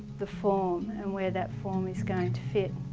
the form and where that form is going to fit.